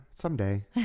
Someday